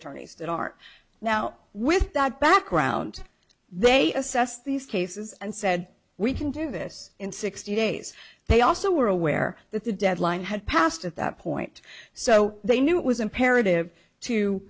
attorneys that are now with that background they assess these cases and said we can do this in sixty days they also were aware that the deadline had passed at that point so they knew it was imperative to